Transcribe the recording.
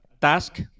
task